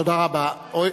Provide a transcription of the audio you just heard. תודה רבה.